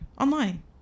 online